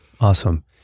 Awesome